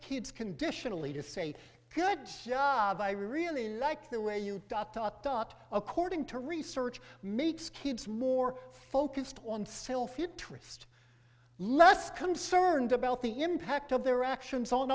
kids conditionally to say good job i really like the way you dot dot dot according to research makes kids more focused on self interest less concerned about the impact of their actions on